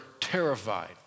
terrified